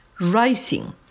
Rising